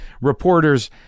reporters